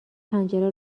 پنجره